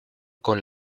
con